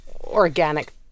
organic